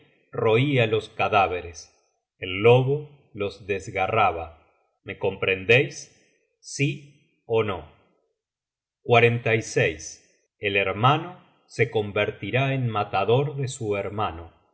roia los cadáveres el lobo los desgarraba me comprendeis si ó no el hermano se convertirá en matador de su hermano